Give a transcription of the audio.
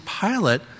Pilate